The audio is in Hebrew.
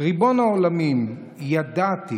"ריבון העולמים, ידעתי